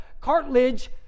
cartilage